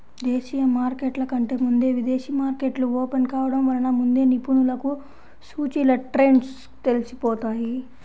దేశీయ మార్కెట్ల కంటే ముందే విదేశీ మార్కెట్లు ఓపెన్ కావడం వలన ముందే నిపుణులకు సూచీల ట్రెండ్స్ తెలిసిపోతాయి